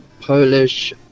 Polish